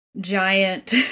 giant